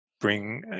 bring